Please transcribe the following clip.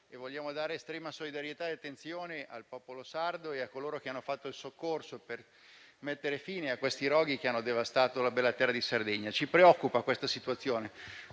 Vogliamo esprimere estrema solidarietà e attenzione al popolo sardo e a coloro che sono intervenuti in soccorso per mettere fine ai roghi che hanno devastato la bella terra sarda. Ci preoccupa la situazione